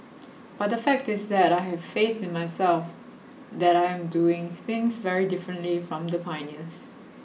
but the fact is that I have faith in myself that I am doing things very differently from the pioneers